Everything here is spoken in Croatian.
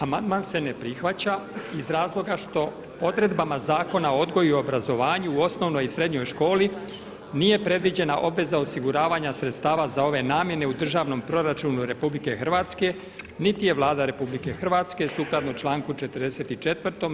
Amandman se ne prihvaća iz razloga što odredbama Zakona o odgoju i obrazovanju u osnovnoj i srednjoj školi nije predviđena obveza osiguravanja sredstava za ove namjene u državnom proračunu RH niti je Vlada RH sukladno članku 44.